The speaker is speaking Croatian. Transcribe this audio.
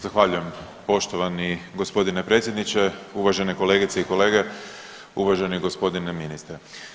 Zahvaljujem poštovani gospodine predsjedniče, uvažene kolegice i kolege, uvaženi gospodine ministre.